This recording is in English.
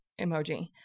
emoji